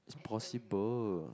possible